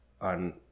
on